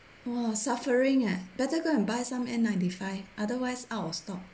!wah! suffering eh better go and buy some N ninety five otherwise out of stock